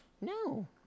No